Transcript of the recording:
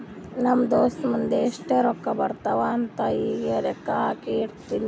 ನಮ್ ದೋಸ್ತ ಮುಂದ್ ಎಷ್ಟ ರೊಕ್ಕಾ ಬರ್ತಾವ್ ಅಂತ್ ಈಗೆ ಲೆಕ್ಕಾ ಹಾಕಿ ಇಟ್ಟಾನ್